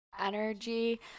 energy